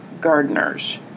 gardeners